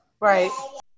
right